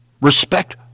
respect